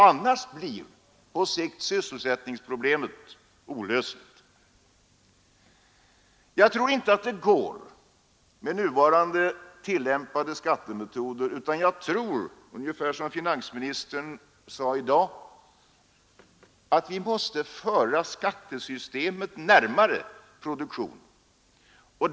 Annars blir på sikt sysselsättningsproblemet olösligt. Med nu tillämpade skattemetoder tror jag inte att det går, men ungefär som finansministern sade i dag tror jag att vi måste föra skattesystemet närmare produktionen.